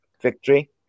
victory